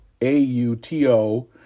A-U-T-O